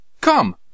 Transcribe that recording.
Come